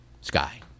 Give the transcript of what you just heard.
sky